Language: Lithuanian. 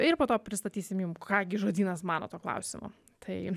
ir po to pristatysim jum ką gi žodynas mano tuo klausimu tai